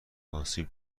آسیب